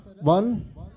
one